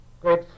great